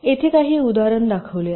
इथे काही उदाहरण दाखवले आहे